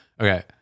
Okay